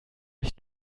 mich